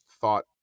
thought